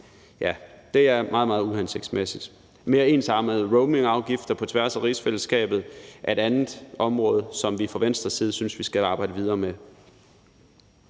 for det er meget, meget uhensigtsmæssigt. Mere ensartede roamingafgifter på tværs af rigsfællesskabet er et andet område, som vi fra Venstres side synes vi skal arbejde videre med.